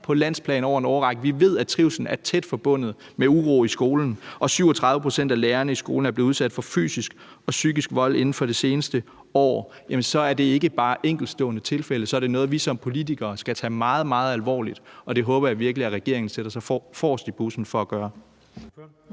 på landsplan over en årrække, og vi ved, at trivslen er tæt forbundet med uro i skolen, og 37 pct. af lærerne i skolen er blevet udsat for fysisk og psykisk vold inden for det seneste år, så er det ikke bare enkeltstående tilfælde, så er det noget, vi som politikere skal tage meget, meget alvorligt, og det håber jeg virkelig at regeringen sætter sig forrest i bussen for at gøre.